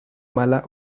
mala